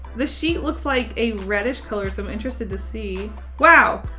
the sheet looks like a reddish color, so i'm interested to see wow!